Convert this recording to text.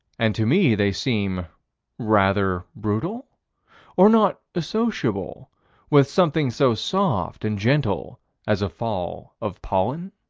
and to me they seem rather brutal or not associable with something so soft and gentle as a fall of pollen?